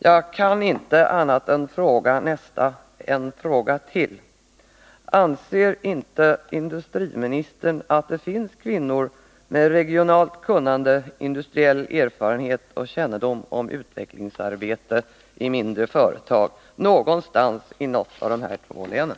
Jag kan inte annat än ställa en fråga till: Anser inte industriministern att det finns kvinnor med regionalt kunnande, industriell erfarenhet och kännedom om utvecklingsarbete i mindre företag, någonstans i något av de här två länen?